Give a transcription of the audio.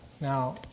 Now